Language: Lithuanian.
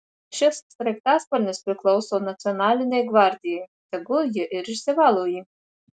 šis sraigtasparnis priklauso nacionalinei gvardijai tegul ji ir išsivalo jį